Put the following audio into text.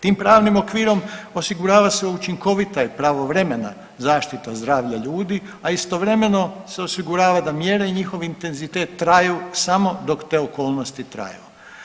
Tim pravnim okvirom osigurava se učinkovita i pravovremena zaštita zdravlja ljudi, a istovremeno se osigurava da mjere i njihov intenzitet traju samo dok te okolnosti traju.